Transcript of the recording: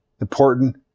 important